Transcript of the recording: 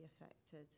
affected